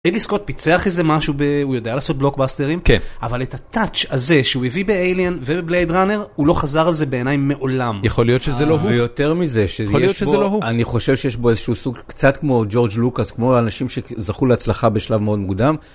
רידלי סקוט פיצח איזה משהו, הוא יודע לעשות בלוקבאסטרים, אבל את הטאץ' הזה שהוא הביא ב- Alien ובבלייד ראנר, הוא לא חזר על זה בעיניי מעולם. יכול להיות שזה לא הוא. ויותר מזה שיש בו, אני חושב שיש בו איזשהו סוג קצת כמו ג'ורג' לוקאס, כמו האנשים שזכו להצלחה בשלב מאוד מוקדם.